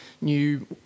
new